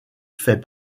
fait